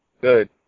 Good